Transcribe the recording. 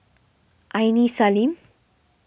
Aini Salim